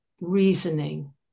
reasoning